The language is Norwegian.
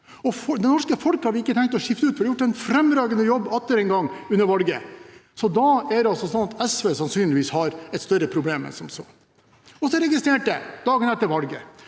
Det norske folk har vi ikke tenkt å skifte ut, for de har gjort en fremragende jobb atter en gang under valget, så da er det altså sånn at SV sannsynligvis har et større problem enn som så. Så registrerte jeg dagen etter valget